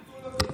ביטול הקיזוז.